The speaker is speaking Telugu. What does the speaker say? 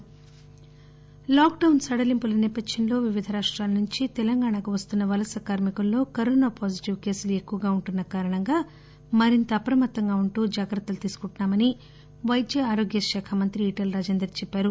వలస కార్మి కులు లాక్డౌస్ సడలింపుల నేపథ్వంలో వివిధ రాష్టాల నుంచి తెలంగాణాకు వస్తున్న వలస కార్మి కుల్లో కరోనా పాజిటివ్ కేసులు ఎక్కువగా ఉంటున్న కారణంగా మరింత అప్రమత్తంగా ఉంటూ జాగ్రత్తలు తీసుకుంటున్నా మని పైద్యారోగ్యశాఖ మంత్రి ఈటల రాజేందర్ చెప్పారు